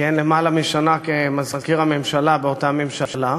כיהן למעלה משנה כמזכיר הממשלה באותה ממשלה.